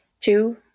two